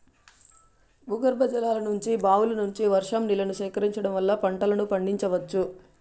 భూగర్భజలాల నుంచి, బావుల నుంచి, వర్షం నీళ్ళను సేకరించడం వల్ల పంటలను పండించవచ్చు